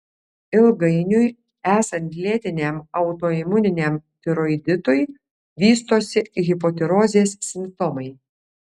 ilgainiui esant lėtiniam autoimuniniam tiroiditui vystosi hipotirozės simptomai